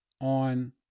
on